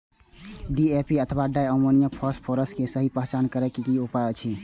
DAP अथवा di ammonium phosphate के सहि पहचान करे के कि उपाय अछि?